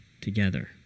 together